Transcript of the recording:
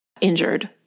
injured